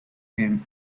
him